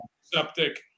septic